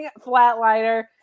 flatliner